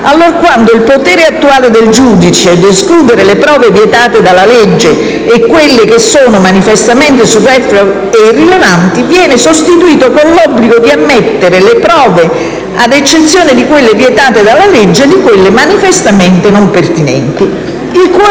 allorquando il potere attuale del giudice di escludere le prove vietate dalla legge e quelle che sono manifestamente superflue e irrilevanti viene sostituito con l'obbligo di ammettere le prove, ad eccezione di quelle vietate dalla legge e di quelle manifestamente non pertinenti.